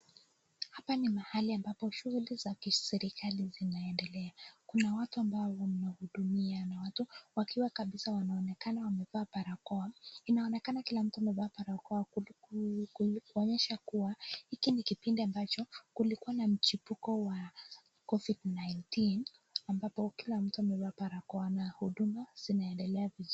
Hapa ni mahali ambapo shughuli za kiserekali zinaendela. Kuna watu ambao wahudumia na wanaonekana wamevaa barakoa. Inaonekana kila mtu amevaa barakoa kuonyesha kuwa hiki ni kipindi ambacho kulikua na mchipuko wa Covid 19 ambapo kila mtu amevaa barakoa na huduma zinaendelea vizuri.